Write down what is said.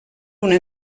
una